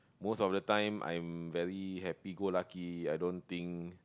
most of the time I'm very happy go lucky I don't think